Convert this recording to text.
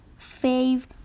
Fave